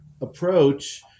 approach